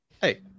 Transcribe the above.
Hey